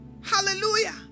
Hallelujah